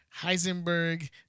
Heisenberg